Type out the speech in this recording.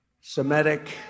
Semitic